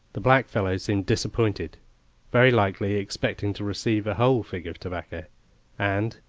the blackfellow seemed disappointed very likely expecting to receive a whole fig of tobacco and,